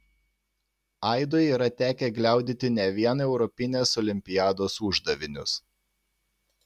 aidui yra tekę gliaudyti ne vien europinės olimpiados uždavinius